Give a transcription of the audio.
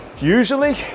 usually